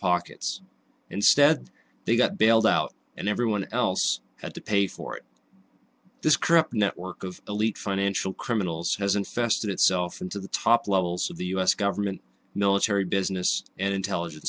pockets instead they got bailed out and everyone else had to pay for it this corrupt network of elite financial criminals hasn't festered itself into the top levels of the us government military business and intelligen